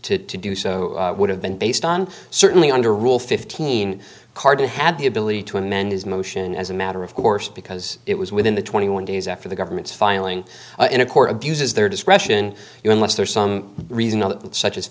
carden to do so would have been based on certainly under rule fifteen card had the ability to amend his motion as a matter of course because it was within the twenty one days after the government's filing in a court abuses their discretion you unless there's some reason other such as